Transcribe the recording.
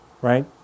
Right